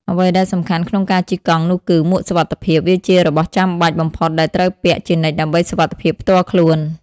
អ្វីដែលសំខាន់ក្នុងការជិះកង់នោះគឺ មួកសុវត្ថិភាព វាជារបស់ចាំបាច់បំផុតដែលត្រូវពាក់ជានិច្ចដើម្បីសុវត្ថិភាពផ្ទាល់ខ្លួន។